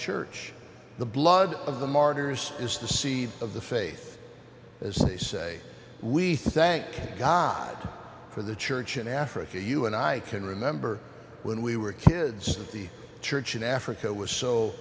church the blood of the martyrs is the seed of the faith as they say we thank god for the church in africa you and i can remember when we were kids of the church in africa was so